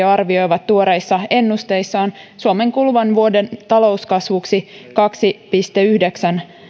arvioivat tuoreissa ennusteissaan suomen kuluvan vuoden talouskasvuksi kaksi pilkku yhdeksän